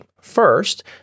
First